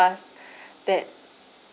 past that